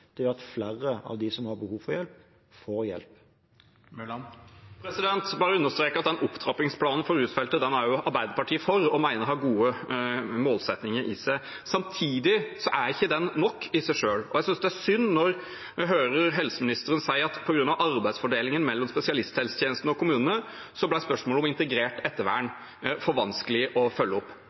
at flere av dem som har behov for hjelp, får hjelp. Jeg vil bare understreke at den opptrappingsplanen for rusfeltet er Arbeiderpartiet for. Vi mener den har gode målsettinger i seg. Samtidig er den ikke nok i seg selv. Jeg synes det er synd når vi hører helseministeren si at på grunn av arbeidsfordelingen mellom spesialisthelsetjenesten og kommunene ble spørsmålet om integrert ettervern for vanskelig å følge opp.